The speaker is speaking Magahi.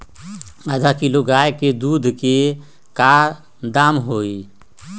आधा किलो गाय के दूध के का दाम होई?